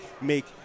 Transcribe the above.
make